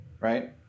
right